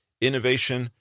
innovation